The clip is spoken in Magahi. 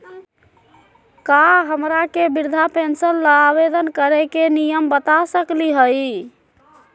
का हमरा के वृद्धा पेंसन ल आवेदन करे के नियम बता सकली हई?